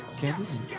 Kansas